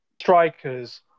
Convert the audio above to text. Strikers